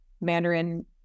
mandarin